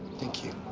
thank you.